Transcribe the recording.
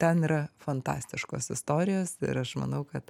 ten yra fantastiškos istorijos ir aš manau kad